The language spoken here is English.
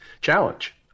challenge